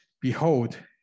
Behold